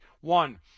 One